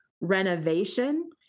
renovation